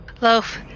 Loaf